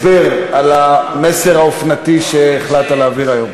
אולי תספר לנו מה זו הבשורה האופנתית שלך היום,